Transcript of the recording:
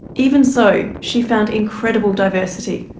even so, she found incredible diversity.